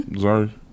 Sorry